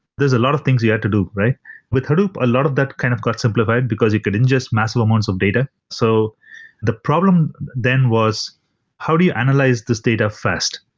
there's a lot of things you had to do with hadoop, a lot of that kind of got simplified, because it could ingest massive amounts of data. so the problem then was how do you analyze this data fast?